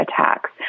attacks